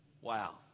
Wow